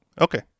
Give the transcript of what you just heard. okay